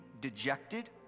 dejected